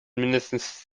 mindestens